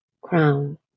crown